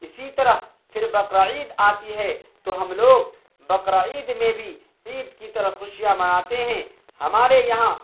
اسی طرح پھر بقر عید آتی ہے تو ہم لوگ بقر عید میں بھی عید کی طرح خوشیاں مناتے ہیں ہمارے یہاں